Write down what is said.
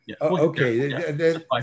okay